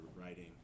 writing